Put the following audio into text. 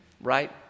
right